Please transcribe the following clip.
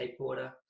skateboarder